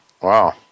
Wow